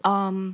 um